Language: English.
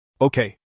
Okay